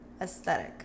aesthetic